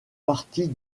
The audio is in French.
partie